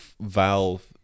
valve